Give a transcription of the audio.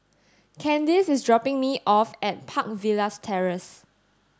Kandice is dropping me off at Park Villas Terrace